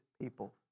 people